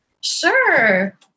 Sure